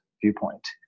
viewpoint